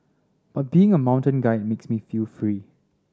but being a mountain guide makes me feel free